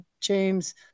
James